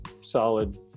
solid